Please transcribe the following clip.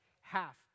half